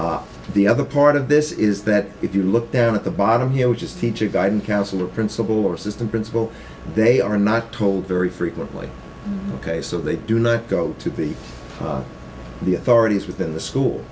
friend the other part of this is that if you look down at the bottom here which is teacher guidance counselor principal or assistant principal they are not told very frequent ok so they do not go to be the authorities within the school